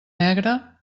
negre